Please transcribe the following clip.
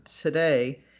today